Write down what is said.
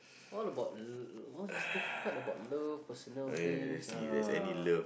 all about l~ what's this card about love personal things ah